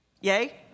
Yay